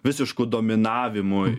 visišku dominavimu